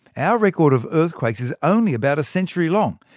our record of earthquakes is only about a century long.